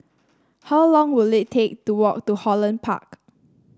how long will it take to walk to Holland Park